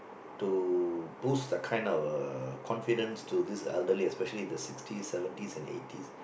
to boost that kind of confidence to this elderly especially the sixties seventies and eighties